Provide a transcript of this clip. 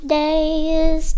days